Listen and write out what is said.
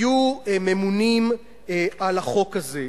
יהיו ממונים על החוק הזה.